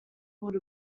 called